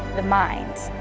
the mind.